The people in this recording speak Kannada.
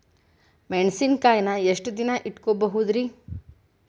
ಮೆಣಸಿನಕಾಯಿನಾ ಎಷ್ಟ ದಿನ ಇಟ್ಕೋಬೊದ್ರೇ?